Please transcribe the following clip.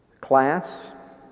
class